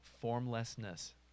formlessness